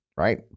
Right